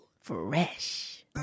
Fresh